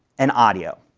and audio.